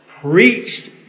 preached